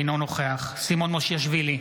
אינו נוכח סימון מושיאשוילי,